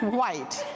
white